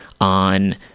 on